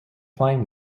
flying